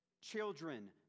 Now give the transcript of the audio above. children